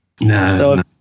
No